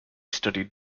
studied